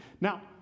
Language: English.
Now